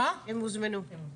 הם הוזמנו.